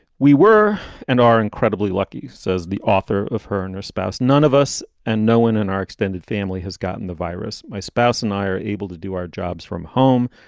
we were and are incredibly lucky, says the author of her and her spouse. none of us and no one in our extended family has gotten the virus. my spouse and i are able to do our jobs from home,